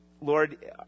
Lord